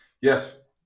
Yes